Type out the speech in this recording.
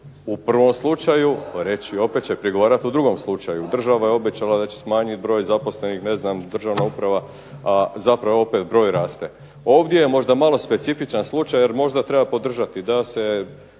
u prvom slučaju reći, opet će prigovarati u drugom slučaju. Država je obećala da će smanjiti broj zaposlenih, ne znam državna uprava a zapravo opet broj raste. Ovdje je možda malo specifičan slučaj jer možda treba podržati da se